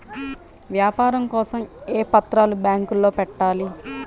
వ్యాపారం కోసం ఏ పత్రాలు బ్యాంక్లో పెట్టాలి?